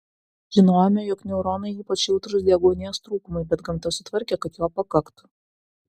žinojome jog neuronai ypač jautrūs deguonies trūkumui bet gamta sutvarkė kad jo pakaktų